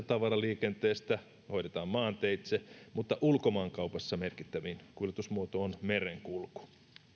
tavaraliikenteestä hoidetaan maanteitse mutta ulkomaankaupassa merkittävin kuljetusmuoto on merenkulku